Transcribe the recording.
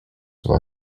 war